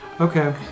Okay